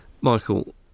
Michael